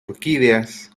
orquídeas